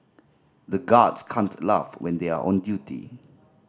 the guards can't laugh when they are on duty